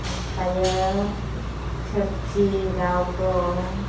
ओमफ्रायो थोरखि दाउ दं